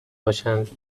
باشند